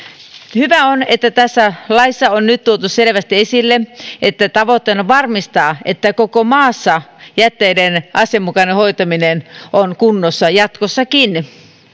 hyvää on että tässä laissa on nyt tuotu selvästi esille että tavoitteena on varmistaa että koko maassa jätteiden asianmukainen hoitaminen on kunnossa jatkossakin